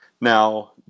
Now